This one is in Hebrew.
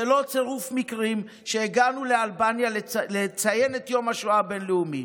זה לא צירוף מקרים שהגענו לאלבניה לציין את יום השואה הבין-לאומי.